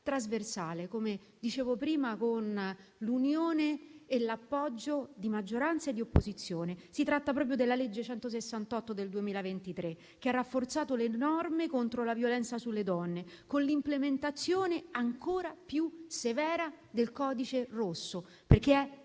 come dicevo prima - con l'unione e l'appoggio di maggioranza e di opposizione. Si tratta della legge n. 168 del 2023, che ha rafforzato le norme contro la violenza sulle donne con l'implementazione ancora più severa del codice rosso, perché è